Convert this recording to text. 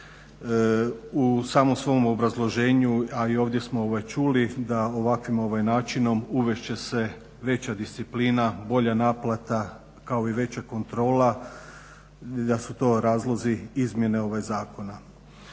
U samom svom obrazloženju, a i ovdje smo čuli da ovakvim načinom uvest će se veća disciplina, bolja naplata kao i veća kontrola, da su to razlozi izmjene zakona.